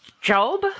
job